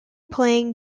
playing